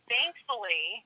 Thankfully